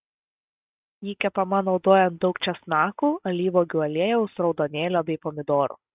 ji kepama naudojant daug česnakų alyvuogių aliejaus raudonėlio bei pomidorų